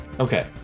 Okay